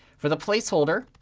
for the placeholder,